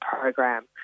program